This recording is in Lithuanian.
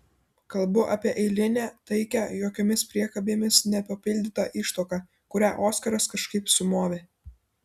kalbu apie eilinę taikią jokiomis priekabėmis nepapildytą ištuoką kurią oskaras kažkaip sumovė